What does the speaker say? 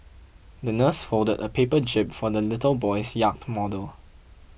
the nurse folded a paper jib for the little boy's yacht model